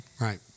Right